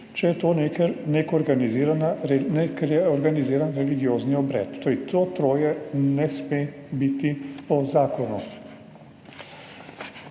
če je to nek organiziran religiozni obred. Torej, to troje ne sme biti po zakonu.